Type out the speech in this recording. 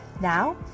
Now